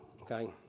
okay